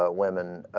ah women